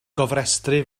gofrestru